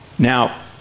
Now